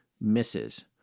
misses